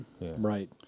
Right